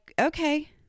okay